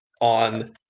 on